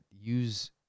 use